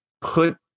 put